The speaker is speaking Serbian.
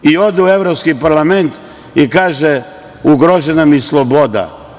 I ode u Evropski parlament i kaže – ugrožena mi sloboda.